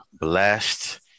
blessed